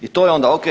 I to je onda ok.